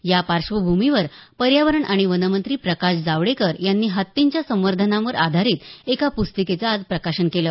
या पार्श्वभूमीवर पर्यावरण आणि वनमंत्री प्रकाश जावडेकर यांनी हत्तींच्या संवर्धनावर आधारीत एका प्स्तिकेचं आज प्रकाशन केलं